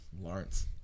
Lawrence